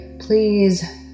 Please